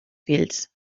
fills